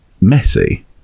messy